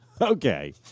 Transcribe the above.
Okay